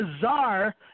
bizarre